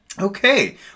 Okay